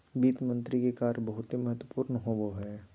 वित्त मंत्री के कार्य बहुते महत्वपूर्ण होवो हय